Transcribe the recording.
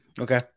Okay